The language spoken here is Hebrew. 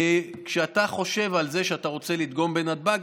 כשאתה חושב על זה שאתה רוצה לדגום בנתב"ג,